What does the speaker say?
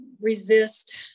resist